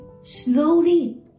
slowly